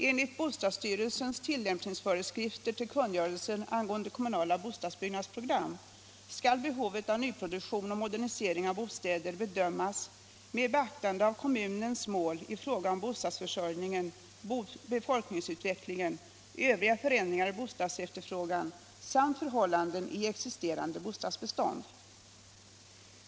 Enligt bostadsstyrelsens tillämpningsföreskrifter till kungörelsen angående kommunala bostadsbyggnadsprogram skall behovet av nyproduktion och modernisering av bostäder bedömas med beaktande av kommunens mål i fråga om bostadsförsörjningen, befolkningsutvecklingen, övriga förändringar i bostadsefterfrågan samt förhållandena i existerande bostadsbestånd.